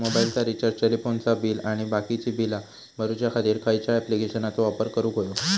मोबाईलाचा रिचार्ज टेलिफोनाचा बिल आणि बाकीची बिला भरूच्या खातीर खयच्या ॲप्लिकेशनाचो वापर करूक होयो?